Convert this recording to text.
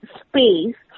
space